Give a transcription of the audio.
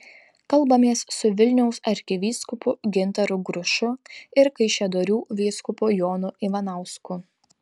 kalbamės su vilniaus arkivyskupu gintaru grušu ir kaišiadorių vyskupu jonu ivanausku